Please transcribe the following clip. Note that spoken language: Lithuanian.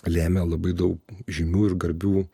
lėmė labai daug žymių ir garbių